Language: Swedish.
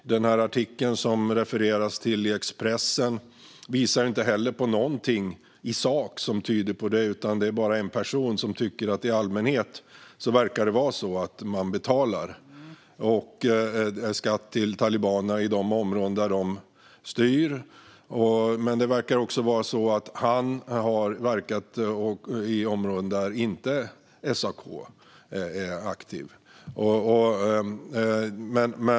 Artikeln i Expressen som Ludvig Aspling refererar till visar inte heller på något i sak som tyder på det, utan det handlar bara om att en enskild person tycker att det i allmänhet verkar vara så att man betalar skatt till talibanerna i de områden där de styr, men han verkar ha verkat i områden där SAK inte är aktiva.